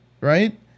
right